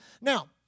Now